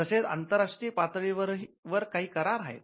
तसेच आंतरराष्ट्रीय पातळी वर काही कारर आहेत